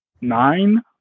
nine